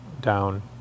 down